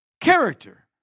Character